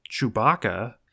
Chewbacca